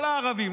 כל הערבים,